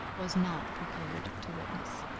was not prepared to witness.